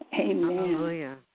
Amen